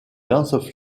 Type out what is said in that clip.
lance